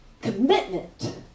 commitment